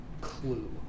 clue